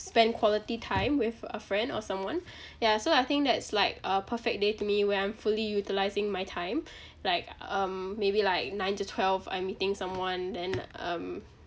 spend quality time with a friend or someone ya so I think that's like a perfect day to me when I'm fully utilising my time like um maybe like nine to twelve I'm meeting someone then um